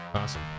awesome